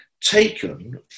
taken